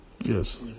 Yes